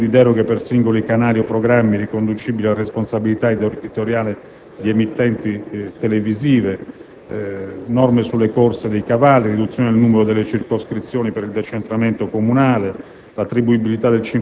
concessioni di deroghe per singoli canali o programmi riconducibili a responsabilità editoriale di emittenti televisive, norme sulle corse dei cavalli, riduzione del numero delle circoscrizioni per il decentramento comunale,